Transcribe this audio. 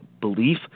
belief